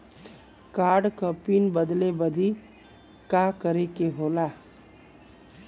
Card क pin बदले बदी का करे के होला?